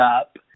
up